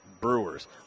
brewers